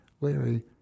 Larry